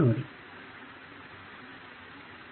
ನೋಡೋಣ